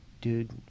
dude